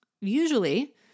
Usually